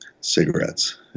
cigarettes